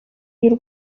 y’u